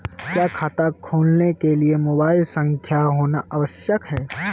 क्या खाता खोलने के लिए मोबाइल संख्या होना आवश्यक है?